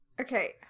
Okay